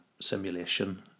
simulation